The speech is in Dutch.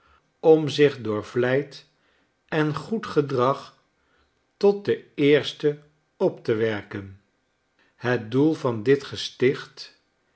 om zich door vlijt en goed gedrag tot de eerste op te werken het doel van dit gesticht